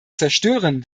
zerstören